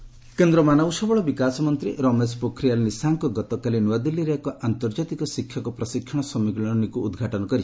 Pokhriyal teachers କେନ୍ଦ୍ର ମାନବ ସମ୍ଭଳ ବିକାଶ ମନ୍ତ୍ରୀ ରମେଶ ପୋଖରିଆଲ୍ ନିଶାଙ୍କ ଗତକାଲି ନ୍ତଆଦିଲ୍ଲୀରେ ଏକ ଆନ୍ତର୍ଜାତିକ ଶିକ୍ଷକ ପ୍ରଶିକ୍ଷଣ ସମ୍ମିଳନୀକ୍ର ଉଦ୍ଘାଟନ କରିଛନ୍ତି